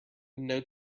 note